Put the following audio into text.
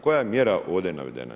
Koja je mjera ovdje navedena?